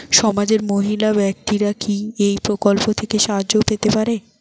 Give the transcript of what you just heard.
সমাজের মহিলা ব্যাক্তিরা কি এই প্রকল্প থেকে সাহায্য পেতে পারেন?